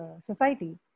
society